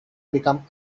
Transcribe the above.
become